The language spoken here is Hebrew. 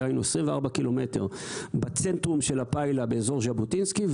דהיינו 24 קילומטר בצנטרום של הפיילה באזור ז'בוטינסקי,